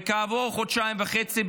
וכעבור חודשיים וחצי,